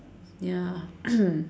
ya